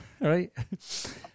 right